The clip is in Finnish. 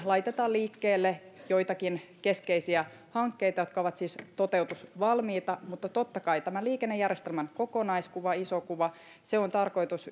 laitetaan liikkeelle joitakin keskeisiä hankkeita jotka ovat siis toteutusvalmiita mutta totta kai tämä liikennejärjestelmän kokonaiskuva iso kuva on tarkoitus